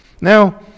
Now